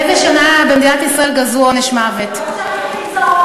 באיזו שנה גזרו עונש מוות במדינת ישראל?